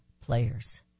players